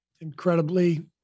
incredibly